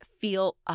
feel